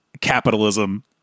capitalism